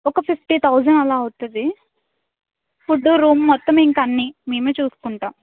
ఒక fifty thousand అలా అవుతుంది ఫుడ్ రూమ్ మొత్తం ఇంకా అన్నీ మేమే చూసుకుంటాము